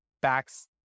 backs